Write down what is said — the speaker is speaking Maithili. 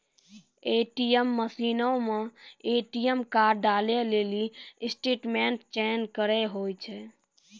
ए.टी.एम मशीनो मे ए.टी.एम कार्ड डालै लेली स्टेटमेंट चयन करे होय छै